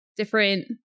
different